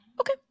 okay